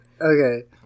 Okay